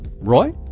Roy